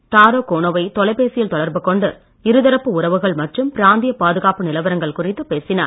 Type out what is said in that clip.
tarot Kono வை தொலைபேசியில் தொடர்பு கொண்டு இருதரப்பு உறவுகள் மற்றும் பிராந்திய பாதுகாப்பு நிலவரங்கள் குறித்து பேசினார்